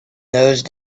those